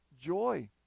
joy